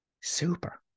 Super